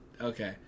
Okay